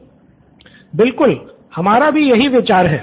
student 1 बिलकुल हमारा भी यही विचार है